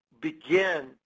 begin